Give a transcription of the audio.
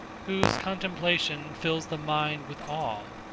whose contemplation fills the mind with awe.